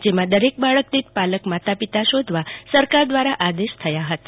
જેમાં દરેક બાળક દીઠ પાલક માતા પિતા શોધવા સરકાર દ્રારા આદેશ થયો હતો